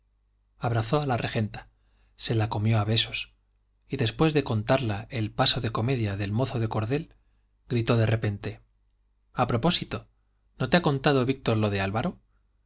abrazó a la regenta se la comió a besos y después de contarla el paso de comedia del mozo de cordel gritó de repente a propósito no te ha contado víctor lo de álvaro